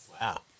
Wow